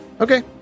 Okay